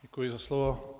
Děkuji za slovo.